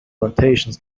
plantations